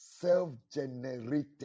Self-generated